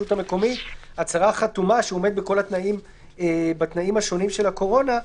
המקומית הצהרה חתומה שהוא עומד בכל התנאים השונים של הקורונה.